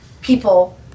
people